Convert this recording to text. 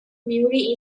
newry